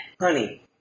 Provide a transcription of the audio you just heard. Honey